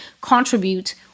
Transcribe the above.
contribute